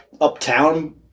Uptown